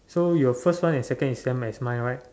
so your first one and second is same as mine right